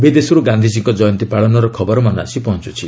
ବିଦେଶରୁ ଗାନ୍ଧିଜୀଙ୍କ ଜୟନ୍ତ୍ରୀ ପାଳନର ଖବରମାନ ଆସି ପହଞ୍ଚୁଛି